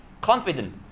Confident